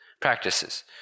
practices